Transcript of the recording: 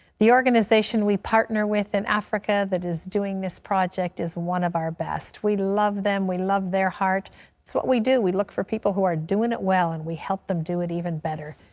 the organization we partner with in africa that is doing this project is one of our best. we love them. we love their heart. it's what we do, we look for people who are doing it well, and we help them do it even better.